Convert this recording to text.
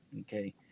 Okay